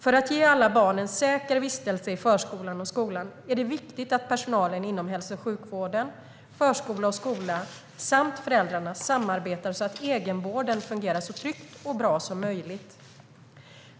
För att ge alla barn en säker vistelse i förskolan och skolan är det viktigt att personalen inom hälso och sjukvården, förskola och skola samt föräldrarna samarbetar så att egenvården fungerar så tryggt och bra som möjligt.